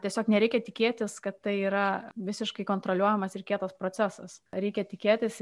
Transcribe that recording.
tiesiog nereikia tikėtis kad tai yra visiškai kontroliuojamas ir kietas procesas reikia tikėtis